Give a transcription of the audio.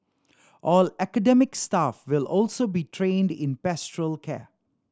all academic staff will also be trained in pastoral care